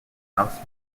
house